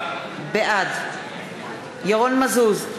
בעד ירון מזוז,